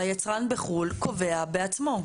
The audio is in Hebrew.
והיצרן בחו"ל קובע בעצמו.